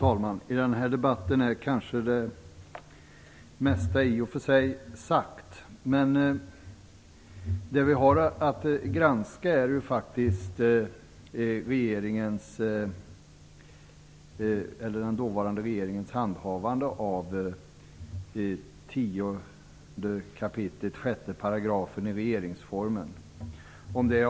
Fru talman! Det mesta är kanske i och för sig sagt i denna debatt. Men det vi har att granska är faktiskt den dåvarande regeringens handhavande av 10 kap. 6 § i regeringsformen.